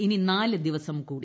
ഇനി നാല് ദിനം കൂടി